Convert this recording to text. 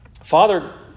Father